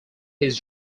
his